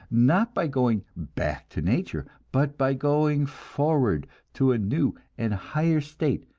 not by going back to nature, but by going forward to a new and higher state,